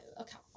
Okay